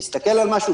להסתכל על משהו,